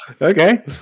okay